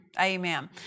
Amen